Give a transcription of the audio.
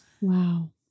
Wow